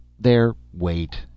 There—wait